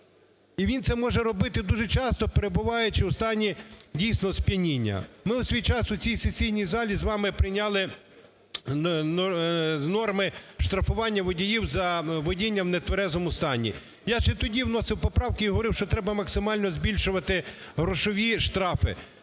І від це може робити дуже часто, перебуваючи в стані, дійсно, сп'яніння. Ми в свій час у цій сесійній залі з вами прийняли норми штрафування водіїв за водіння в нетверезому стані. Я ще тоді вносив поправки і говорив, що треба максимально збільшувати грошові штрафи.